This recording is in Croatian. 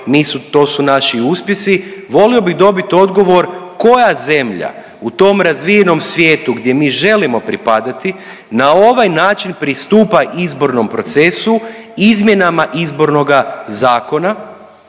to su naši uspjesi volio bih dobit odgovor koja zemlja u tom razvijenom svijetu gdje mi želimo pripadati na ovaj način pristupa izbornom procesu izmjenama izbornoga zakona?